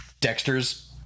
Dexter's